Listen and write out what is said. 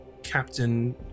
Captain